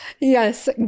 Yes